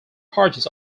parties